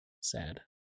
sad